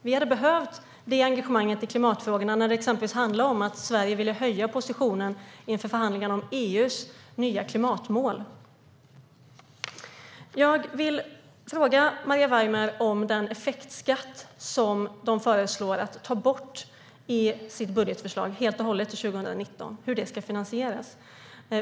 Vi hade behövt det engagemanget i klimatfrågorna när det exempelvis handlade om att Sverige ville stärka positionen inför förhandlingarna om EU:s nya klimatmål. Jag vill fråga Maria Weimer om den effektskatt som Liberalerna föreslår ska tas bort helt och hållet till 2019 och hur detta ska finansieras.